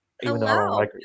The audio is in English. Hello